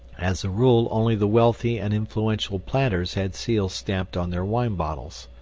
as a rule, only the wealthy and influential planters had seals stamped on their wine bottles.